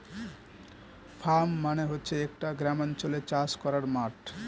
farm মানে হচ্ছে একটা গ্রামাঞ্চলে চাষ করার মাঠ